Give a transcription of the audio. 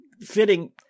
fitting